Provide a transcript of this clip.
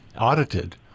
audited